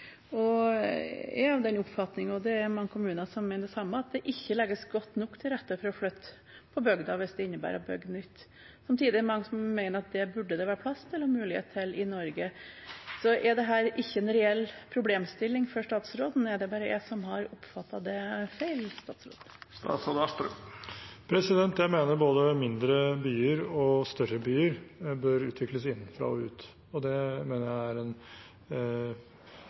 er av den oppfatning, og det er mange kommuner som mener det samme, at det ikke legges godt nok til rette for å flytte på bygda hvis det innebærer å bygge nytt. Samtidig mener mange at det burde det være plass til og mulighet til i Norge. Er ikke dette en reell problemstilling for statsråden? Er det bare jeg som har oppfattet det feil? Jeg mener både mindre byer og større byer bør utvikles innenfra og ut. Det mener jeg er en